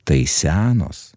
tai senos